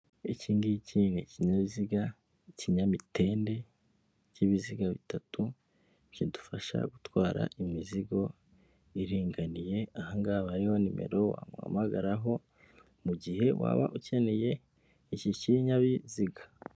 Iki ngiki ni ikinyabiziga ikinyamitende cy'ibiziga bitatu kidufasha gutwara imizigo iringaniye, aha ngaha haba hariho nimero wamuhamagararaho mu gihe waba ukeneye iki kinyabiziga.